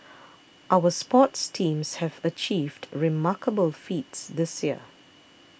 our sports teams have achieved remarkable feats this year